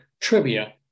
trivia